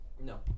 no